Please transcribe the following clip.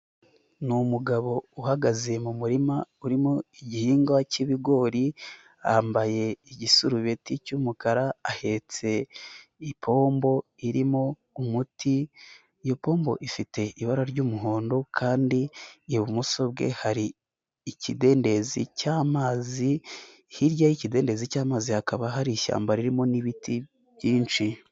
Ni umugabo uhagaze mu murima urimo igihingwa cyi'bigori, yambaye igisurubeti cy'umukara, ahetse ipombo irimo umuti, iyo pombo ifite ibara ry'umuhondo kandi ibumoso bwe hari ikidendezi cy'amazi, hirya y'ikidezi cy'amazi hakaba hari ishyamba ririmo n'ibiti byinshi.